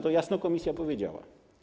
To jasno Komisja powiedziała.